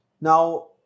Now